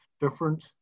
different